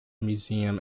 museum